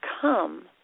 come